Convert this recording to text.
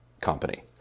company